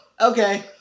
okay